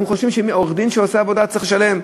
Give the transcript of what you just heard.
אנחנו חושבים שלעורך-דין שעושה עבודה צריך לשלם,